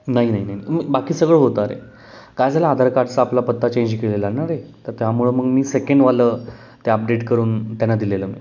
नाही नाही नाही मग बाकी सगळं होतं रे काय झालं आधार कार्डचा आपला पत्ता चेंज केलेला ना रे तर त्यामुळं मग मी सेकंडवालं ते अपडेट करून त्यांना दिलेलं मी